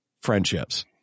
friendships